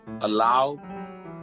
allow